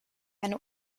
eine